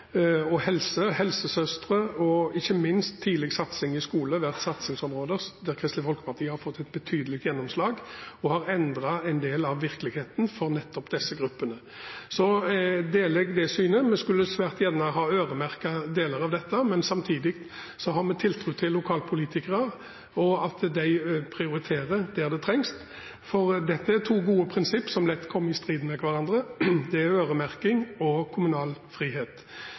helse, helsesøstre og ikke minst tidlig satsing i skolen vært satsingsområder der Kristelig Folkeparti har fått et betydelig gjennomslag, og det har endret en del av virkeligheten for nettopp disse gruppene. Så jeg deler det synet at vi svært gjerne skulle ha øremerket deler av dette, men samtidig har vi tiltro til lokalpolitikerne, at de prioriterer der det trengs. Dette er to gode prinsipper som lett kommer i strid med hverandre: øremerking og kommunal frihet.